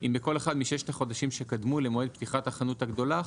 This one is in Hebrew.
אם בכל אחד מששת החודשים שקדמו למועד פתיחת החנות הגדולה,